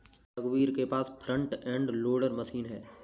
रघुवीर के पास फ्रंट एंड लोडर मशीन है